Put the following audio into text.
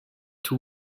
two